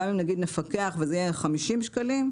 גם אם נגיד נפקח וזה יהיה 50 שקלים,